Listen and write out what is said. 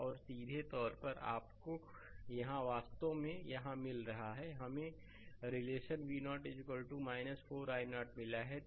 और सीधे तौर पर आपको यहाँ वास्तव में यहाँ मिल रहा है हमें रिलेशन V0 4 i0 मिला है